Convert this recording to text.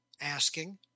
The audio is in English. asking